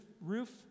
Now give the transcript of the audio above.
roof